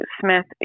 Smith